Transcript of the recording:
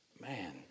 Man